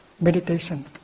meditation